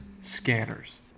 scanners